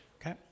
Okay